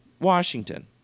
Washington